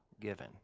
given